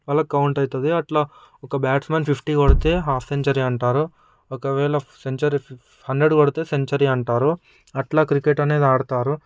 వాళ్లకి కౌంట్ అవుతుంది అట్లా ఒక బ్యాట్స్మెన్ ఫిఫ్టీ కొడితే హాఫ్ సెంచరీ అంటారు ఒకవేళ సెంచరీ హండ్రెడ్ కొడితే సెంచరీ అంటారు అట్లా క్రికెట్ అనేది ఆడతారు